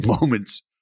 moments